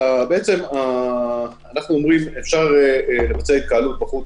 אנחנו אומרים שאפשר לבצע התקהלות בחוץ